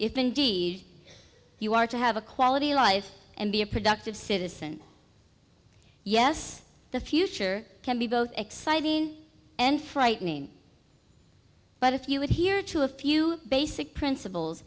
if indeed you are to have a quality life and be a productive citizen yes the future can be both exciting and frightening but if you would hear to a few basic principles